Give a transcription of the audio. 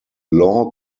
law